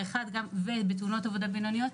בתאונות עבודה בינוניות,